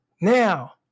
Now